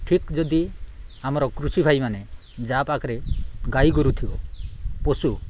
ଠିକ୍ ଯଦି ଆମର କୃଷି ଭାଇମାନେ ଯାହା ପାଖରେ ଗାଈ ଗୋରୁ ଥିବ ପଶୁ